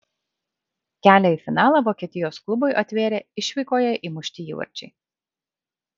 kelią į finalą vokietijos klubui atvėrė išvykoje įmušti įvarčiai